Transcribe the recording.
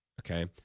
Okay